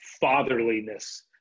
fatherliness